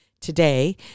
today